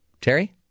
Terry